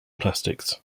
plastics